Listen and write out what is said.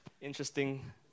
interesting